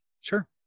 Sure